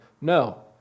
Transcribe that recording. No